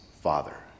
father